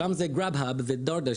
שם זה גראבהאב ודורדאש,